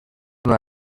una